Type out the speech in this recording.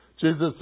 Jesus